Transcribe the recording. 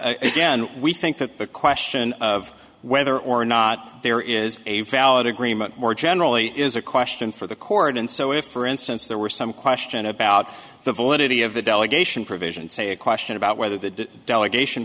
again we think that the question of whether or not there is a valid agreement more generally is a question for the court and so if for instance there were some question about the validity of the delegation provision say a question about whether the delegation